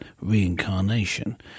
reincarnation